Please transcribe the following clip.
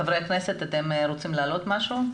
חברי הכנסת, אתם רוצים להעלות משהו?